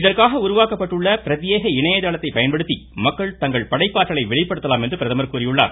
இதற்காக உருவாக்கப்பட்டுள்ள பிரேத்தியேக இணையதளத்தை பயன்படுத்தி மக்கள் தங்களது படைப்பாற்றலை வெளிப்படுத்தலாம் என்று கூறியுள்ளார்